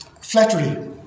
flattery